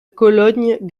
cologne